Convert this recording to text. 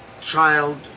child